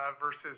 versus